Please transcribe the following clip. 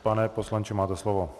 Pane poslanče, máte slovo.